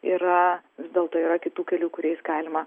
yra vis dėlto yra kitų kelių kuriais galima